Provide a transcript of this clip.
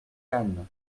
cannes